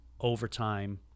overtime